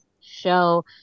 show